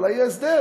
אולי יהיה הסדר.